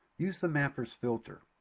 use the mapper's filter.